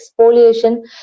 exfoliation